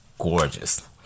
gorgeous